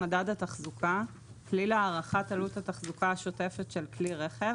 "מדד התחזוקה" - כלי להערכת עלות התחזוקה השוטפת של כלי רכב